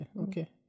okay